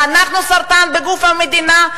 ואנחנו סרטן בגוף המדינה?